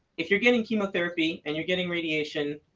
if you're getting chemotherapy, and you're getting radiation,